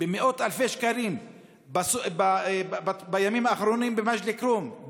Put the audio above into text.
וקנסות במאות אלפי שקלים בימים האחרונים במג'דל כרום,